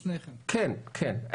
כן, כן.